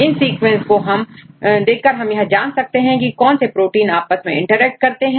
इन sequence को लेकर हम हम यह जान जाते हैं कि कौन से प्रोटीन आपस में इंटरेक्ट करते हैं